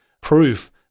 proof